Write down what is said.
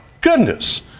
goodness